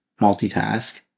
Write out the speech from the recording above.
multitask